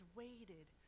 waited